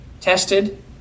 tested